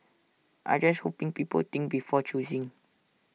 I just hoping people think before choosing